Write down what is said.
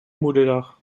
moederdag